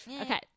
Okay